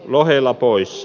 n ohella pois